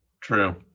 True